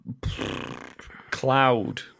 Cloud